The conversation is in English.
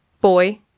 boy